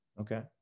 Okay